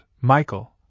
Michael